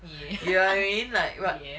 get what I mean like what